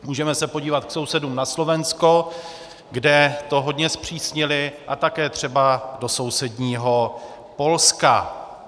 Můžeme se podívat k sousedům na Slovensko, kde to hodně zpřísnili, a také třeba do sousedního Polska.